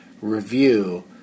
review